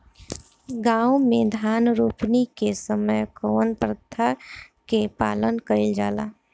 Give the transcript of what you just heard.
गाँव मे धान रोपनी के समय कउन प्रथा के पालन कइल जाला?